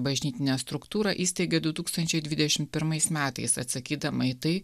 bažnytinę struktūrą įsteigė du tūkstančiai dvidešim pirmais metais atsakydama į tai